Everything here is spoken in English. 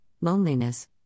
loneliness